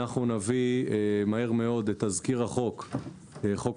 אנחנו נביא מהר מאוד את תזכיר חוק השידורים,